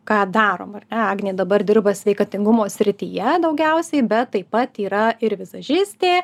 ką darom ar ne agnė dabar dirba sveikatingumo srityje daugiausiai bet taip pat yra ir visažistė